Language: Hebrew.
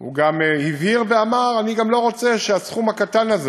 הוא גם הבהיר ואמר: אני גם לא רוצה שהסכום הקטן הזה